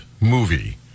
movie